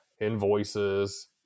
invoices